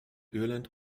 irland